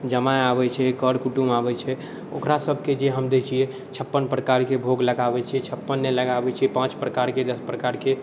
जमाइ आबै छै कर कुटुम्ब आबै छै ओकरासबके जे हम दै छिए छप्पन प्रकारके भोग लगाबै छिए छप्पन नहि लगाबै छिए पाँच प्रकारके दस प्रकारके